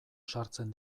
sartzen